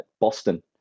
Boston